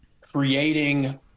creating